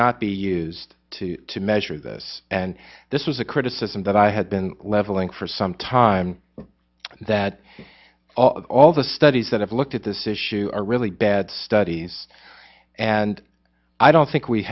not be used to measure this and this was a criticism that i had been leveling for some time that all the studies that have looked at this issue are really bad studies and i don't think we